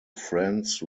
friends